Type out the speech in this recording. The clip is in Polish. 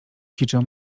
ćwiczę